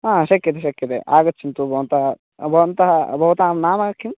हा शक्यते शक्यते आगच्छन्तु भवन्तः भवन्तः भवतां नाम किं